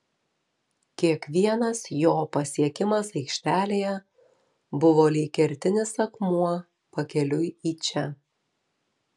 kiekvienas jo pasiekimas aikštelėje buvo lyg kertinis akmuo pakeliui į čia